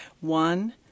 One